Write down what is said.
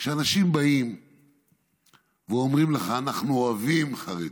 שאנשים אומרים לך: אנחנו אוהבים חרדים,